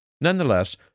Nonetheless